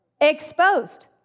Exposed